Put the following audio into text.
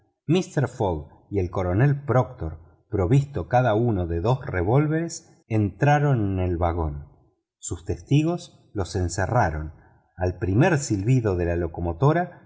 fogg y el coronel proctor provistos cada uno de dos revólveres entraron en el vagón sus testigos los encerraron al primer silbido de la locomotora